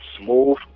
smooth